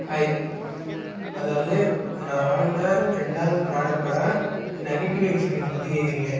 hi அதாவது நான் வாங்கின ரெண்டாவது புராடக்ட்டோட நெகட்டிவ் எக்ஸ்பீரியன்ஸ் பற்றி கேக்கிறிங்க